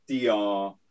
dr